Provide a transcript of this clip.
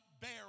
bear